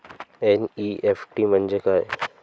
NEFT म्हणजे काय?